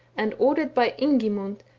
and ordered by ingimund,